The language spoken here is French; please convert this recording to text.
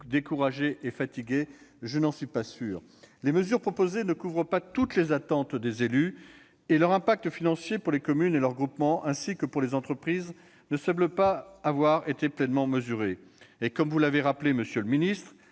découragés et fatigués ? Je n'en suis pas sûr ... Les mesures proposées ne couvrent pas toutes les attentes des élus et leur impact financier pour les communes et leurs groupements, ainsi que pour les entreprises, ne semble pas avoir été pleinement mesuré. Comme vous l'avez rappelé, monsieur le ministre,